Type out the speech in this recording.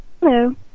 Hello